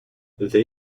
they